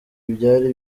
byari